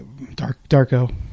Darko